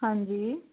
ਹਾਂਜੀ